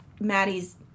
Maddie's